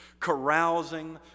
carousing